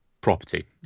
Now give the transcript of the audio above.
property